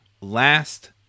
last